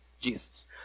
Jesus